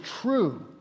true